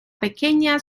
pequeña